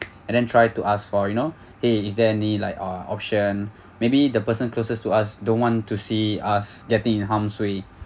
and then try to ask for you know !hey! is there any like uh option maybe the person closest to us don't want to see us getting in harm's way